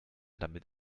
damit